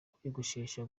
kwiyogoshesha